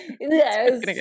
Yes